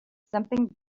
something